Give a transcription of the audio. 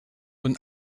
een